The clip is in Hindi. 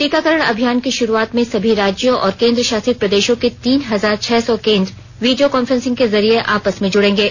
टीकाकरण अभियान की शुरूआत में सभी राज्यों और केन्द्रशासित प्रदेशों के तीन हजार छह सौ केन्द्र वीडियो कांफ्रेसिंग के जरिये आपस में जुडेंगे